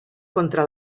contra